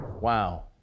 Wow